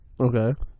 Okay